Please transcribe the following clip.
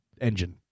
engine